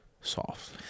soft